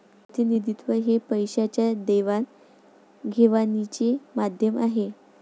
प्रतिनिधित्व हे पैशाच्या देवाणघेवाणीचे माध्यम आहे